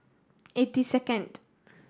eighty second